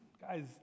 Guys